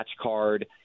card